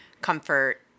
comfort